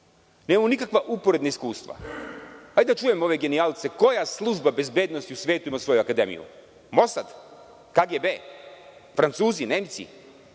nemamo nikakva uporedna iskustva. Hajde da čujemo ove genijalce koja služba bezbednosti u svetu ima svoju akademiju? MOSAD, KGB, Francuzi, Nemci,